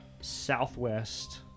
southwest